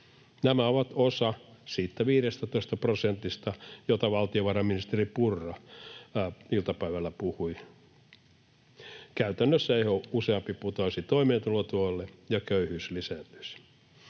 Nämä ovat osa siitä 15 prosentista, mistä valtiovarainministeri Purra iltapäivällä puhui. Käytännössä yhä useampi putoaisi toimeentulotuelle ja köyhyys lisääntyisi.